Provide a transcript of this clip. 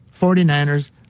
49ers